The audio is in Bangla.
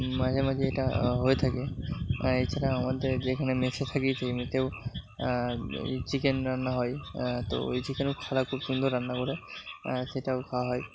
মাঝে মাঝে এটা হয়ে থাকে এছাড়া আমাদের যেখানে মেসে থাকি সেই মেসেও এই চিকেন রান্না হয় তো ওই চিকেনও খালা খুব সুন্দর রান্না করে সেটাও খাওয়া হয়